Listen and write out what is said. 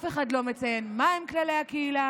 אף אחד לא מציין מהם כללי הקהילה,